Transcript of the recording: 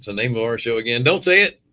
ah name of our show again? don't say it!